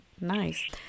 Nice